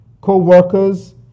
co-workers